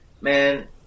man